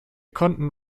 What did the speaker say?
konnten